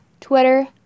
Twitter